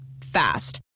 Fast